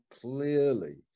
clearly